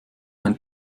ein